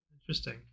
interesting